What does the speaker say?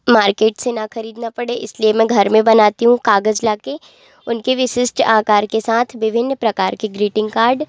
market से ना खरीदना पड़े इसलिए मैं घर में बनाती हूँ कागज लाके उनके विशिष्ट आकार के साथ विभिन्न प्रकार के ग्रीटिंग कार्ड